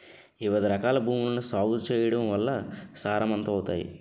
వివిధరకాల భూములను సాగు చేయడం వల్ల సారవంతమవుతాయి